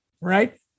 right